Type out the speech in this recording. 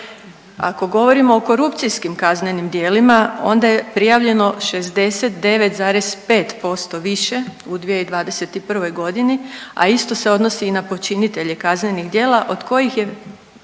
Ako govorimo o korupcijskim kaznenim djelima onda je prijavljeno 69,5% više u 2021. godini, a isto se odnosi i na počinitelje kaznenih djela od kojih je